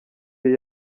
yari